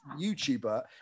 YouTuber